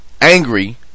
angry